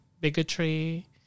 bigotry